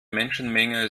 menschenmenge